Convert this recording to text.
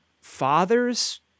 father's